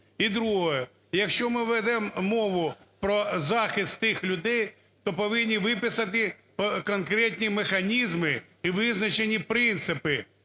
І друге. Якщо ми ведем мову про захист тих людей, то повинні виписати конкретні механізми і визначені принципи,